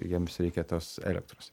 jiems reikia tos elektros